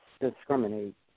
discriminate